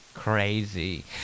Crazy